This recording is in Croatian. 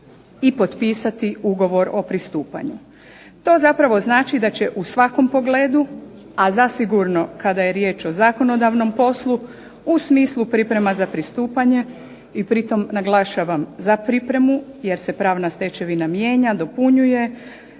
i potpisati ugovor o pristupanju. To zapravo znači da će u svakom pogledu, a zasigurno kada je riječ o zakonodavnom poslu, u smislu priprema za pristupanje i pri tom naglašavam za pripremu jer se pravna stečevina mijenja, dopunjuje